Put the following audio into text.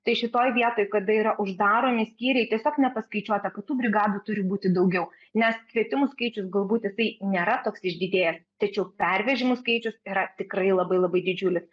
tai šitoj vietoj kada yra uždaromi skyriai tiesiog nepaskaičiuota kad tų brigadų turi būti daugiau nes kvietimų skaičius galbūt jisai nėra toks išdidėjęs tačiau pervežimų skaičius yra tikrai labai labai didžiulis